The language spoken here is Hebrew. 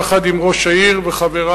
יחד עם ראש העיר וחברי,